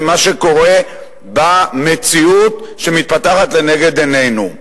ומה שקורה במציאות שמתפתחת לנגד עינינו.